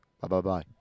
bye-bye-bye